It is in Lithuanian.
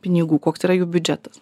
pinigų koks yra jų biudžetas